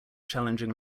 challenging